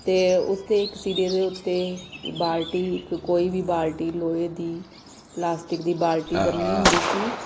ਅਤੇ ਉਸ 'ਤੇ ਇੱਕ ਸਿਰੇ ਦੇ ਉੱਤੇ ਬਾਲਟੀ ਇੱਕ ਕੋਈ ਵੀ ਬਾਲਟੀ ਲੋਹੇ ਦੀ ਪਲਾਸਟਿਕ ਦੀ ਬਾਲਟੀ ਬੰਨ੍ਹੀ ਹੁੰਦੀ ਸੀ